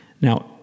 Now